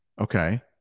Okay